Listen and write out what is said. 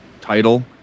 title